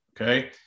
Okay